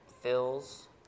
Fills